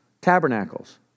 Tabernacles